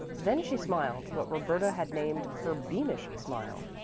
then she smiled what roberta had named her beamish smile.